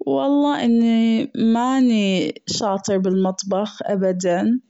والله أني ماني شاطرة بالمطبخ أبدا